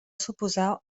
suposar